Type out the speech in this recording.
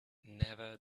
never